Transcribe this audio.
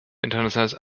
internationales